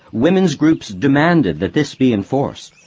women's groups demanded that this be enforced.